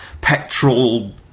petrol